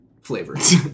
flavors